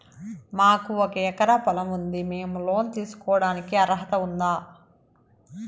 మాకు ఒక ఎకరా పొలం ఉంది మేము లోను తీసుకోడానికి అర్హత ఉందా